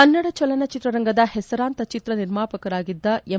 ಕನ್ನಡ ಚಲನಚಿತ್ರರಂಗದ ಹೆಸರಾಂತ ಚಿತ್ರ ನಿರ್ಮಾಪಕರಾಗಿದ್ದ ಎಂ